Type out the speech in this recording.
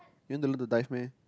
you want to learn to dive meh